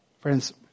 Friends